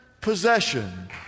possession